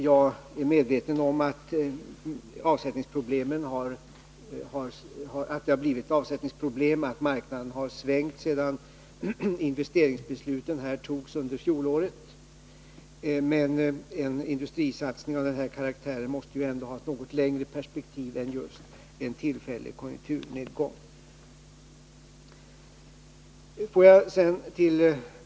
Jag är medveten om att det har uppstått avsättningsproblem och att marknaden har svängt sedan investeringsbeslutet fattades under fjolåret. Men vid en industrisatsning av denna karaktär måste man ändå ha ett något längre perspektiv än en tillfällig konjunkturnedgång.